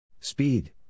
Speed